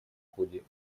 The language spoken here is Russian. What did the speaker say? ходе